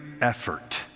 effort